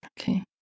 Okay